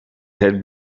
had